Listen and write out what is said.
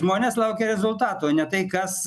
žmonės laukia rezultato ne tai kas